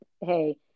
hey